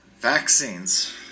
vaccines